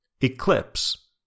Eclipse